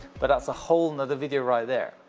but that's a whole other video right there.